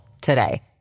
today